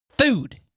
Food